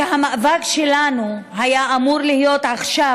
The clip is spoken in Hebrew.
שלנו היה אמור להיות עכשיו,